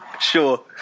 Sure